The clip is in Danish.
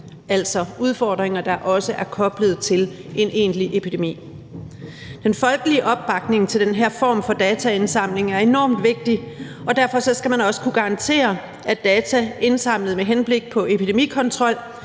altså udfordringer, der også er koblet til en egentlig epidemi. Den folkelige opbakning til den her form for dataindsamling er enormt vigtig, og derfor skal man også kunne garantere, at data indsamlet med henblik på epidemikontrol